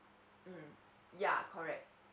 mm ya correct